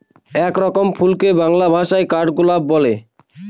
এক রকমের ফুলকে বাংলা ভাষায় কাঠগোলাপ বলে